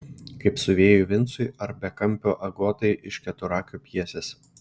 kaip siuvėjui vincui ar bekampio agotai iš keturakio pjesės